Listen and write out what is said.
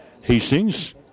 Hastings